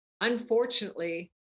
Unfortunately